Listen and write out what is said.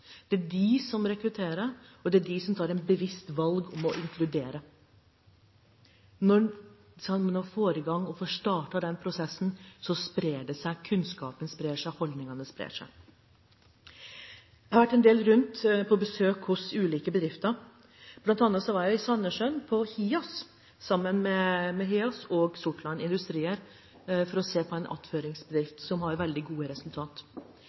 Det er de som rekrutterer, og det er de som tar et bevisst valg om å inkludere. Når en nå får startet denne prosessen, vil kunnskapen og holdningene spre seg. Jeg har vært en del på besøk til ulike bedrifter. Blant annet var jeg i Sandnessjøen sammen med HEAS og industri fra Sortland for å se på en attføringsbedrift som har veldig gode